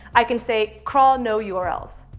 i can say crawl no yeah urls.